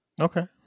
Okay